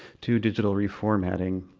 to digital reformatting.